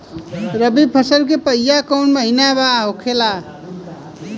रबी फसल के पहिला महिना कौन होखे ला?